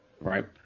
Right